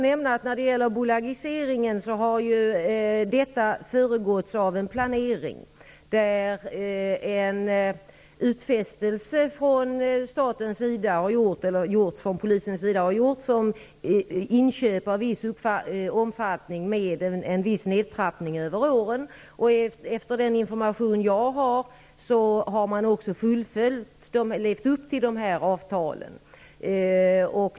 När det gäller bolagiseringen vill jag nämna att denna har föregåtts av en planering där en utfästelse har gjorts från polisens sida om inköp av en viss omfattning med en viss nedtrappning över åren. Den information jag har visar att man också har levt upp till dessa avtal.